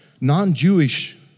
non-Jewish